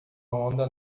onda